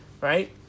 Right